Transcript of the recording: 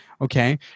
Okay